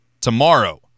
tomorrow